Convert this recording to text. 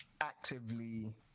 actively